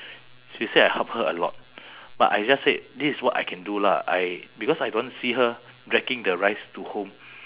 she said I help her a lot but I just said this is what I can do lah I because I don't want to see her dragging the rice to home